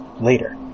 later